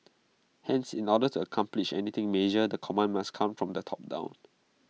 hence in order to accomplish anything major the command must come from the top down